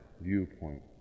viewpoint